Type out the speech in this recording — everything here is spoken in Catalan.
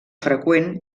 freqüent